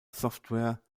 software